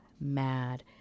mad